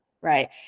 right